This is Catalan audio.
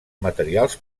materials